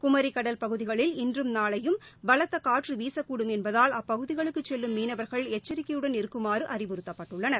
குமரி கடல் பகுதிகளில் இன்றும் நாளையும் பலத்த காற்று வீசக்கூடும் என்பதால் அப்பகுதிகளுக்குச் செல்லும் மீனவர்கள் எச்சரிக்கையுடன் இருக்குமாறு அறிவுறுத்தப்பட்டுள்ளனர்